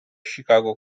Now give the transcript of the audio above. chicago